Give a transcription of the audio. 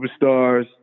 superstars